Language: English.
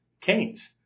Canes